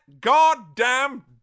goddamn